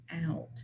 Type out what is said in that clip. out